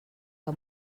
que